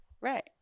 Right